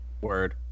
Word